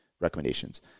recommendations